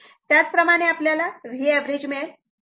त्याचप्रमाणे आपल्याला Vऍव्हरेज मिळेल